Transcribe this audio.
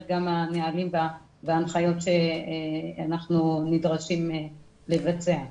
גם הנהלים וההנחיות שאנחנו נדרשים לבצע.